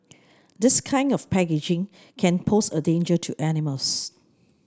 this kind of packaging can pose a danger to animals